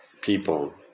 people